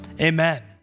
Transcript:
Amen